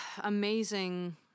amazing